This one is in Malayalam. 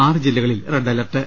ആറ് ജില്ലകളിൽ റെഡ് അലർട്ട്